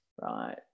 right